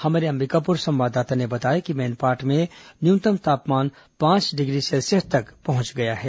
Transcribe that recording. हमारे अंबिकापुर संवाददाता ने बताया कि मैनपाट में न्यूनतम तापमान पांच डिग्री सेल्सियस तक पहुंच गया है